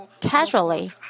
casually